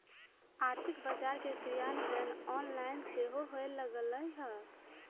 आर्थिक बजार के क्रियान्वयन ऑनलाइन सेहो होय लगलइ ह